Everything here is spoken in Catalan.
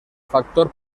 factor